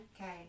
Okay